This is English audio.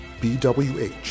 BWH